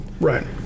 Right